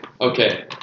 Okay